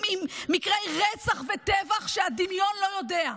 עם מקרי רצח וטבח שהדמיון לא יודע,